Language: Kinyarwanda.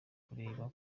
kureba